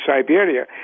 Siberia